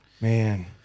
Man